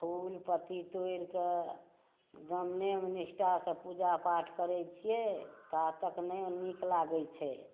फुल पत्ती तोड़ि कऽ एकदम नेम निष्ठासँ पूजा पाठ करै छियै ता तक नहि नीक लागै चाही